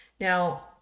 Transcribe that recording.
Now